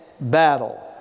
battle